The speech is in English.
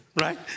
right